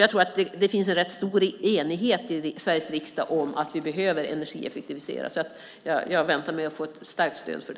Jag tror att det i Sveriges riksdag finns en rätt stor enighet om att vi behöver energieffektivisera, så jag väntar mig ett starkt stöd.